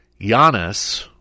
Giannis